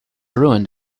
ruined